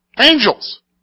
Angels